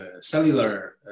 cellular